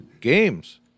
Games